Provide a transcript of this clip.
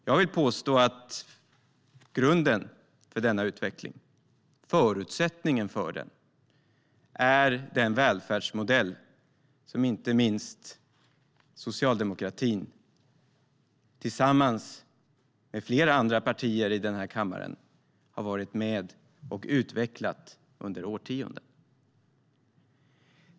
Jag vill påstå att grunden för denna utveckling, förutsättningen för den, är den välfärdsmodell som inte minst Socialdemokraterna tillsammans med flera andra partier i denna kammare har varit med och utvecklat under årtionden.